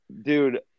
dude